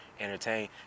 entertain